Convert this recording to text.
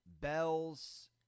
bells